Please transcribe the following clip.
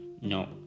No